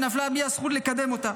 ונפלה בידי הזכות לקדם אותה.